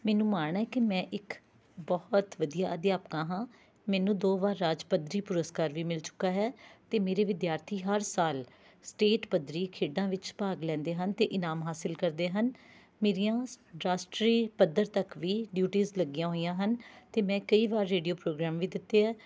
ਮੈਨੂੰ ਮਾਣ ਹੈ ਕਿ ਮੈਂ ਇੱਕ ਬਹੁਤ ਵਧੀਆ ਅਧਿਆਪਕਾ ਹਾਂ ਮੈਨੂੰ ਦੋ ਵਾਰ ਰਾਜ ਪੱਧਰੀ ਪੁਰਸਕਾਰ ਵੀ ਮਿਲ ਚੁੱਕਾ ਹੈ ਅਤੇ ਮੇਰੇ ਵਿਦਿਆਰਥੀ ਹਰ ਸਾਲ ਸਟੇਟ ਪੱਧਰੀ ਖੇਡਾਂ ਵਿੱਚ ਭਾਗ ਲੈਂਦੇ ਹਨ ਅਤੇ ਇਨਾਮ ਹਾਸਿਲ ਕਰਦੇ ਹਨ ਮੇਰੀਆਂ ਰਾਸ਼ਟਰੀ ਪੱਧਰ ਤੱਕ ਵੀ ਡਿਊਟੀਸ ਲੱਗੀਆਂ ਹੋਈਆਂ ਹਨ ਅਤੇ ਮੈਂ ਕਈ ਵਾਰ ਰੇਡੀਓ ਪ੍ਰੋਗਰਾਮ ਵੀ ਦਿੱਤੇ ਹੈ